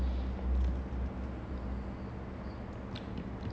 eh actually I never watch the season entirely I just like